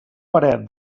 parer